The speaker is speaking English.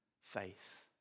faith